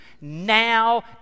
now